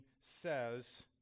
says